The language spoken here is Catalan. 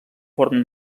forn